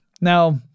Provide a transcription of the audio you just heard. Now